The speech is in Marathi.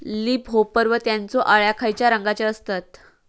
लीप होपर व त्यानचो अळ्या खैचे रंगाचे असतत?